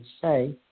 say